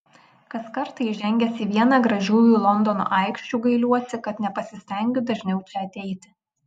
kas kartą įžengęs į vieną gražiųjų londono aikščių gailiuosi kad nepasistengiu dažniau čia ateiti